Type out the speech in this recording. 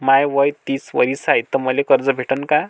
माय वय तीस वरीस हाय तर मले कर्ज भेटन का?